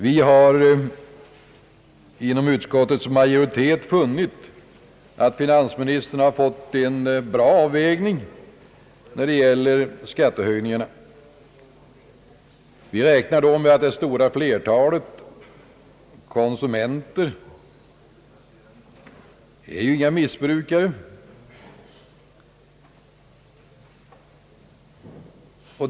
Vi har inom utskottets majoritet funnit att finansministern har fått en bra avvägning av skattehöjningarna. Vi räknar då med att det stora flertalet konsumenter inte är missbrukare.